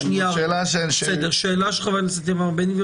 שאלה של חבר הכנסת איתמר בן גביר,